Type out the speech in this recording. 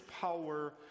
power